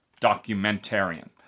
Documentarian